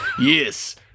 Yes